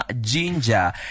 Ginger